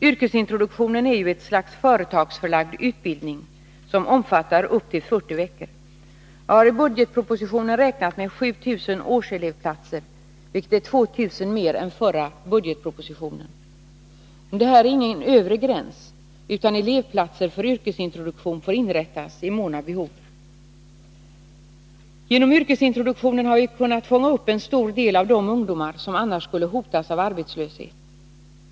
Yrkesintroduktionen är ju ett slags företagsförlagd utbildning som omfattar upp till 40 veckor. Jag har i budgetpropositionen räknat med 7 000 årselevplatser, vilket är 2 000 mer än i förra budgetpropositionen. Det här är ingen övre gräns, utan elevplatser för yrkesintroduktion får inrättas i mån av behov. Genom yrkesintroduktionen har vi kunnat fånga upp en stor del av de ungdomar som annars skulle hotas av arbetslöshet.